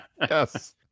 yes